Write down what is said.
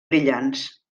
brillants